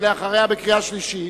ולאחריה בקריאה שלישית.